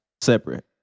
Separate